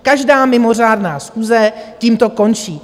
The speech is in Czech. Každá mimořádná schůze tímto končí.